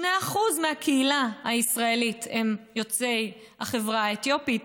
2% מהקהילה הישראלית הם יוצאי החברה האתיופית,